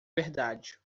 verdade